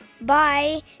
bye